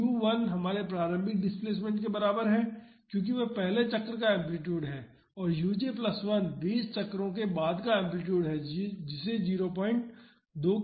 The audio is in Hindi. तो u1 हमारे प्रारंभिक डिस्प्लेसमेंट के बराबर है क्योंकि वह पहले चक्र का एम्पलीटूड है और u j 1 20 चक्रों के बाद का एम्पलीटूड है जिसे 02 के रूप में दिया गया है